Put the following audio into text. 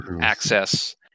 access